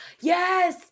yes